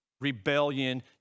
rebellion